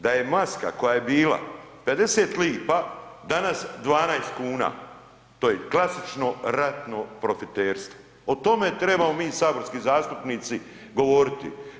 Da je maska koja je bila 50 lipa danas 12 kuna, to je klasično ratno profiterstvo, o tome trebamo mi saborski zastupnici govoriti.